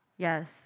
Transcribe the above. Yes